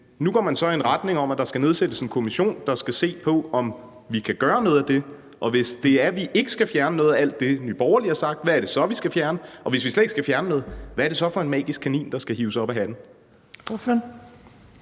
nu går man så i retning af, at der skal nedsættes en kommission, der skal se på, om vi kan gøre noget af det. Hvis det er, vi ikke skal fjerne noget af alt det, Nye Borgerlige har sagt, hvad er det så, vi skal fjerne? Og hvis vi slet ikke skal fjerne noget, hvad er det så for en magisk kanin, der skal hives op af hatten?